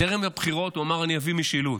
טרם הבחירות הוא אמר: אני אביא משילות.